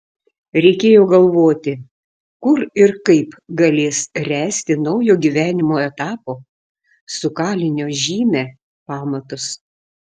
reikėjo galvoti kur ir kaip galės ręsti naujo gyvenimo etapo su kalinio žyme pamatus